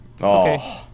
Okay